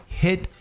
hit